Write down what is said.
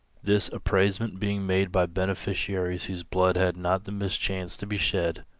this appraisement being made by beneficiaries whose blood had not the mischance to be shed.